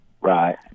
Right